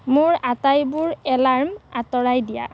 মোৰ আটাইবোৰ এলাৰ্ম আঁতৰাই দিয়া